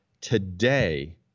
today